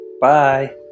Bye